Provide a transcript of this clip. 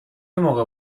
موقع